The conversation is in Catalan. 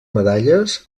medalles